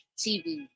TV